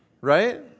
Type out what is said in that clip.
right